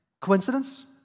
coincidence